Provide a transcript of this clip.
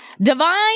Divine